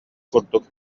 курдук